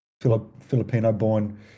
Filipino-born